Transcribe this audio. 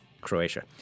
Croatia